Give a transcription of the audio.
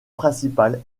principal